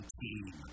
team